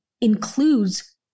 includes